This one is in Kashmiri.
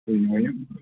تُہی ؤنِو